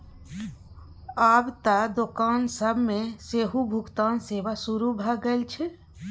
आब त दोकान सब मे सेहो भुगतान सेवा शुरू भ गेल छै